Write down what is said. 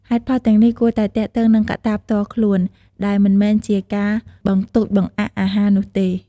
ហេតុផលទាំងនោះគួរតែទាក់ទងនឹងកត្តាផ្ទាល់ខ្លួន ដែលមិនមែនជាការបន្ទច់បង្អាក់អាហារនោះទេ។